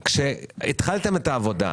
כשהתחלתם את העבודה,